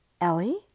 Ellie